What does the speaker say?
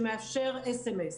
שמאפשר סמס.